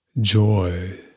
joy